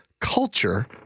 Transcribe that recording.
culture